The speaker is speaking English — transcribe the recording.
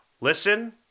Listen